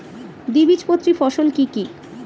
দ্বিবীজপত্রী ফসল কি কি?